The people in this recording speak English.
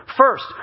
First